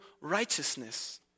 righteousness